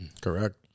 Correct